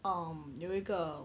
um 有一个